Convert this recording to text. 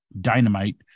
dynamite